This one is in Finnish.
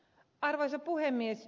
arvoisa puhemies